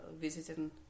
visiting